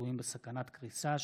המצויים בסכנת קריסה.